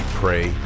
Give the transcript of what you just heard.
pray